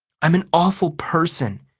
i'm an awful person!